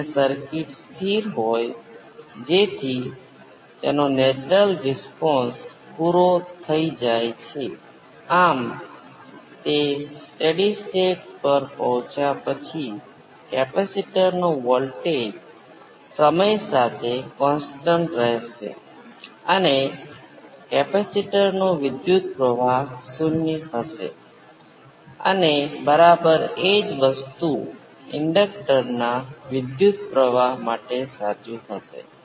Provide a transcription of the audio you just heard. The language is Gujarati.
આમ તમે રેખીય પ્રણાલીમાં સાઇનુંસોઇડલ આપો છો જે તમને મળે છે એ સમાન ફ્રિક્વન્સીનું સાઈનુંસોઈડલ છે એમ્પ્લિટ્યુડ બદલાશે અને ફેઝ પણ બદલાશે એમ્પ્લિટ્યુડ કેટલો બદલાશે અને ફેઝ કેટલો બદલાશે તે સર્કિટ પર આધાર રાખે છે